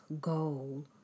goal